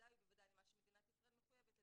בוודאי ובוודאי למה שמדינת ישראל מחויבת על